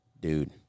dude